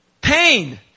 pain